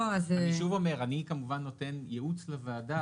אני שוב אומר: אני נותן ייעוץ לוועדה,